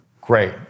Great